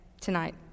tonight